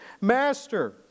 Master